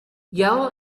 yell